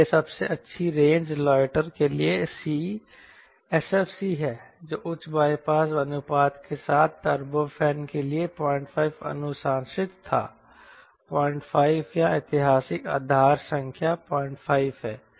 और यह सबसे अच्छी रेंज लाइटर के लिए C SFC है जो उच्च बाईपास अनुपात के साथ टर्बोफैन के लिए 05 अनुशंसित था 05 या ऐतिहासिक आधार संख्या 05 है